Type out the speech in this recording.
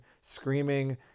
screaming